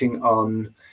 on